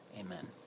Amen